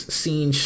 seen